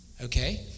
Okay